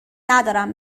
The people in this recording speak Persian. ندارم